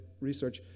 research